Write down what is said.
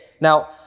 Now